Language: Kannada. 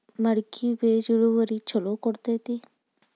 ಮಡಕಿ ಬೇಜ ಇಳುವರಿ ಛಲೋ ಕೊಡ್ತೆತಿ?